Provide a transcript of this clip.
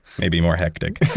maybe more hectic.